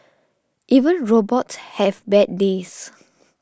even robots have bad days